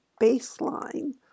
baseline